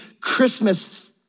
Christmas